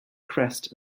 crest